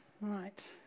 Right